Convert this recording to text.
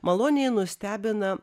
maloniai nustebina